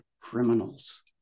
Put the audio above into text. criminals